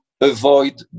avoid